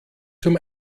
zum